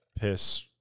piss